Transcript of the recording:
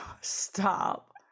Stop